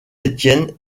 étienne